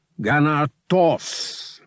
Ganatos